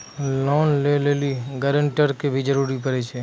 Loan लै लेली guarantor के भी जरूरी पड़ै छै?